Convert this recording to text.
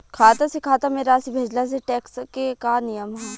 खाता से खाता में राशि भेजला से टेक्स के का नियम ह?